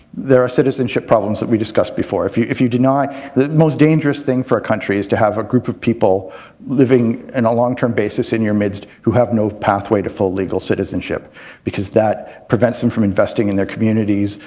there are citizenship problems that we discussed before. if you if you do not. the most dangerous thing for a country is to have a group of people living in a long-term basis in your midst who have no pathway to full legal citizenship because that prevents them from investing in their communities,